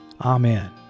Amen